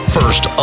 First